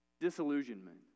disillusionment